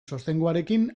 sostenguarekin